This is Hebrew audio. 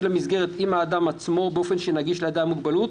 המסגרת עם האדם בעצמו באופן שנגיש לאדם עם מוגבלות".